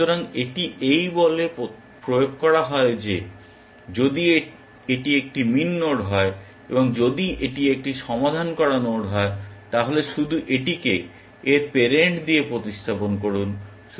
সুতরাং এটি এই বলে প্রয়োগ করা হয় যে যদি এটি একটি মিন নোড হয় এবং যদি এটি একটি সমাধান করা নোড হয় তাহলে শুধু এটিকে এর প্যারেন্ট দিয়ে প্রতিস্থাপন করুন